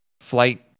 flight